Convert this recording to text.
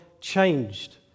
changed